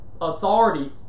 authority